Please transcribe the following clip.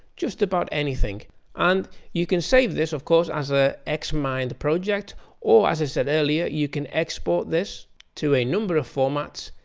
just about anything and you can save this of course as an ah xmind project or as i said earlier you can export this to a number of formats.